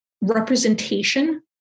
representation